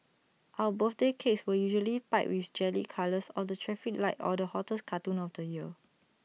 our birthday cakes were usually piped with jelly colours of the traffic light or the hottest cartoon of the year